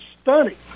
stunning